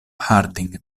harding